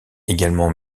également